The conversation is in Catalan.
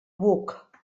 buc